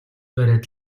бариад